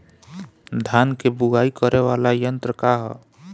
धान के बुवाई करे वाला यत्र का ह?